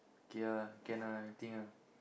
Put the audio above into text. okay ah can ah anything ah